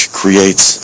creates